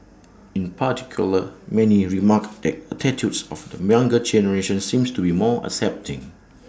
in particular many remarked that attitudes of the younger generation seem to be more accepting